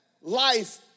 life